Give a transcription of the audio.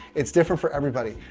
it's different for everybody.